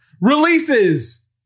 Releases